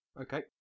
Okay